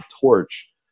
torch